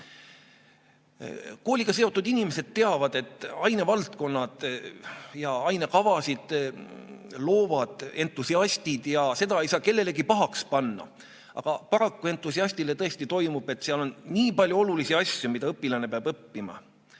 Kooliga seotud inimesed teavad, et ainevaldkondi ja ainekavasid loovad entusiastid, ja seda ei saa kellelegi pahaks panna. Aga paraku entusiastile tõesti tundub, et seal on nii palju olulisi asju, mida õpilane peab õppima.